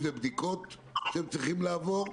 אם זה בדיקות שהם צריכים לעבור.